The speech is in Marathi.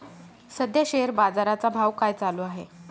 सध्या शेअर बाजारा चा भाव काय चालू आहे?